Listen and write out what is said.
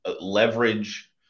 leverage